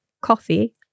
coffee